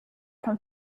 from